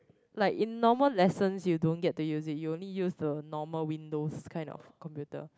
like in normal lessons you don't get to use it you only use the normal windows kind of computer